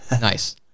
Nice